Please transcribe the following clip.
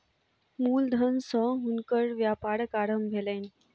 मूल धन सॅ हुनकर व्यापारक आरम्भ भेलैन